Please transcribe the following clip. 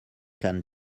can